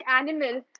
animal